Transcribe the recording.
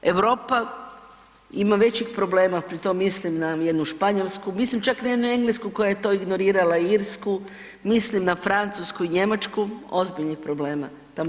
Europa ima većih problema, pritom mislim na jednu Španjolsku, mislim čak na jednu Englesku koja je to ignorirala, Irsku, mislim na Francusku i Njemačku ozbiljnih problema.